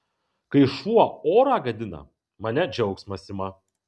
kai šuo orą gadina mane džiaugsmas ima